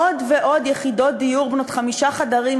עוד ועוד יחידות דיור בנות חמישה חדרים,